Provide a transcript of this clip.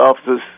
officers